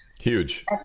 huge